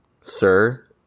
Sir